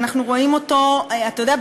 אתה יודע,